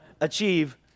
achieve